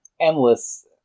endless